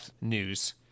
news